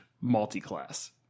multi-class